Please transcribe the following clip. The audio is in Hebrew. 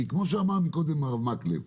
כפי שאמר קודם הרב מקלב,